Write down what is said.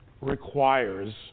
requires